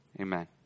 Amen